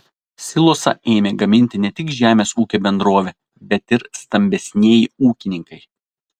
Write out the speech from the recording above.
silosą ėmė gaminti ne tik žemės ūkio bendrovė bet ir stambesnieji ūkininkai